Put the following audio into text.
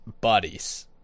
bodies